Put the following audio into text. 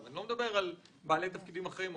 - אני לא מדבר על בעלי תפקידים אחרים,